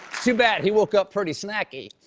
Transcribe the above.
too bad he woke up pretty snacky.